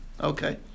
Okay